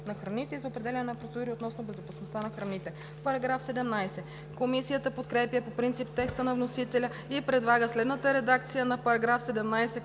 на храните и за определяне на процедури относно безопасността на храните“.“ Комисията подкрепя по принцип текста на вносителя и предлага следната редакция на § 17,